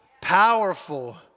powerful